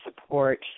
support